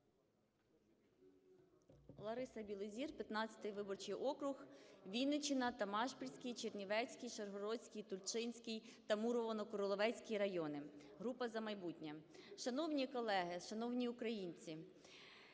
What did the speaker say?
Лариса Білозір, 15 виборчий округ, Вінниччина, Томашпільський, Чернівецький, Шаргородський, Тульчинський та Мурованокуриловецький райони, група "За майбутнє". Шановні колеги, шановні українці!